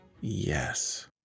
Yes